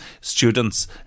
students